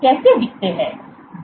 बलों के माध्यम से